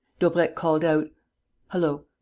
daubrecq called out hullo.